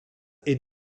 est